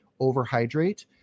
overhydrate